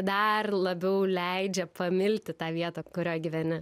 dar labiau leidžia pamilti tą vietą kurioj gyveni